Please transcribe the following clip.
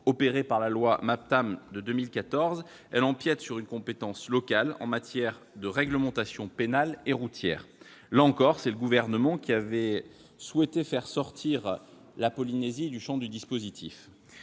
opérée par la loi Maptam de 2014, elle empiète sur une compétence locale en matière de réglementation pénale et routière. Là encore, c'est le Gouvernement qui avait souhaité faire sortir la Polynésie du champ du dispositif.